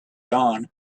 dawn